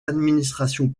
administrations